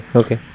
okay